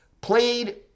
Played